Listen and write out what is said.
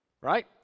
right